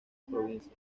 provincia